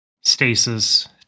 stasis